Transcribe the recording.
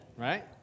right